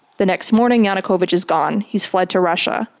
the next morning yanukovych is gone. he's fled to russia.